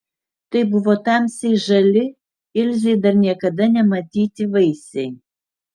tai buvo tamsiai žali ilzei dar niekada nematyti vaisiai